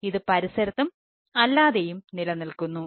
ഇത് പരിസരത്തും അല്ലാതെയും നിലനിൽക്കുന്നു